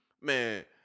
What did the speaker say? man